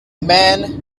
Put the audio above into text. man